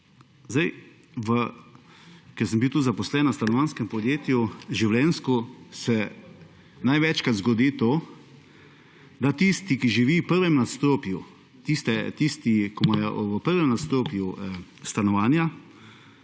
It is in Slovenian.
Sedaj, ker sem bil tudi zaposlen v stanovanjske podjetju življenjsko se največkrat zgodi to, da tisti, ki živi v prvem nadstropju tisti, ki imajo v prvem nadstropju stanovanja